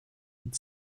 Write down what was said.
had